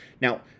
Now